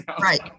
Right